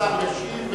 השר ישיב,